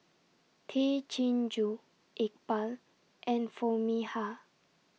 Tay Chin Joo Iqbal and Foo Mee Har